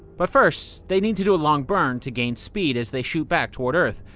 but first, they need to do a long burn to gain speed as they shoot back toward earth.